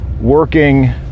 working